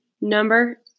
number